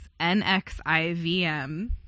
NXIVM